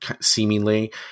seemingly